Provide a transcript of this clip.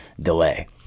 delay